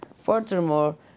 Furthermore